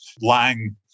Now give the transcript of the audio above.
Lang